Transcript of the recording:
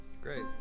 great